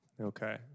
Okay